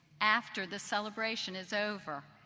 after the celebration is over,